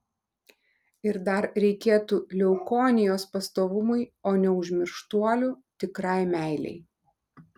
ir dar reikėtų leukonijos pastovumui o neužmirštuolių tikrai meilei